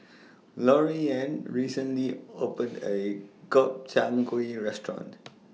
Loriann recently opened A Gobchang Gui Restaurant